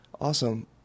Awesome